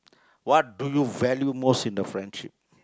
what do you value most in the friendship